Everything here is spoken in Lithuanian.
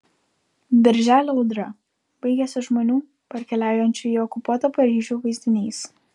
birželio audra baigiasi žmonių parkeliaujančių į okupuotą paryžių vaizdiniais